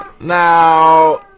Now